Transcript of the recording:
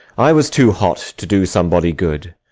i was too hot to do somebody good,